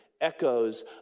echoes